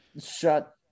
shut